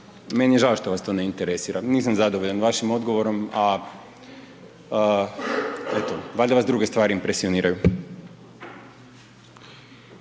Meni je žao što vas to ne interesira. Nisam zadovoljan vašim odgovorom, a eto, valjda vas druge stvari impresioniraju.